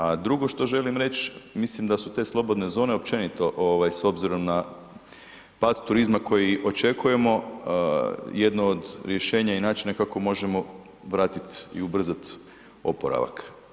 A drugo što želim reć, mislim da su to slobodne zone općenito s obzirom na pad turizma koji očekujemo jedno od rješenja i načina kako možemo vratiti i ubrzat i oporavak.